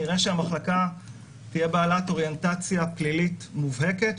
נראה שהמחלקה תהיה בעלת אוריינטציה פלילית מובהקת,